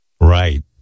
Right